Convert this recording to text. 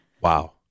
Wow